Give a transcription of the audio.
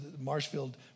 Marshfield